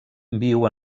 viu